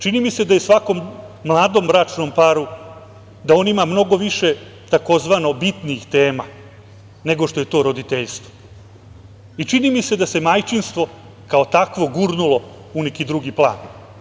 Čini mi se da svaki mladi bračni par ima mnogo više tzv. bitnih tema, nego što je to roditeljstvo i čini mi se da se majčinstvo kao takvo gurnulo u neki drugi plan.